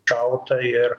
šauta ir